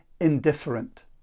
indifferent